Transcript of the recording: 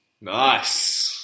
Nice